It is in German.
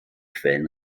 quellen